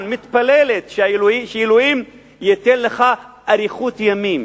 מתפללת שאלוהים ייתן לך אריכות-ימים,